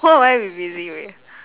what will I be busy with